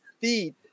feet